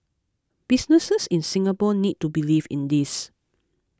businesses in Singapore need to believe in this